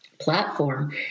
platform